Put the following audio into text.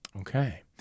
Okay